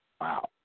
wow